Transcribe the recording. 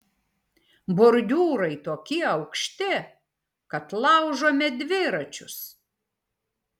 bordiūrai tokie aukšti kad laužome dviračius